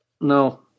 no